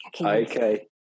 Okay